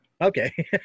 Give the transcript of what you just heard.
Okay